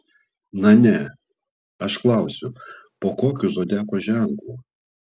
na ne aš klausiu po kokiu zodiako ženklu